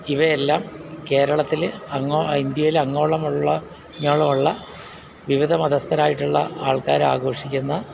ഇവയെല്ലാം കേരളത്തിൽ അങ്ങോളം ഇന്ത്യയിൽ അങ്ങോളമുള്ള ഇങ്ങോളവുള്ള വിവിധ മതസ്ഥരായിട്ടുള്ള ആൾക്കാരാഘോഷിക്കുന്ന